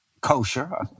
kosher